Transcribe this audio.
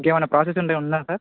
ఇంకేమైనా ప్రసెస్ ఏమైనా ఉన్నాయా సార్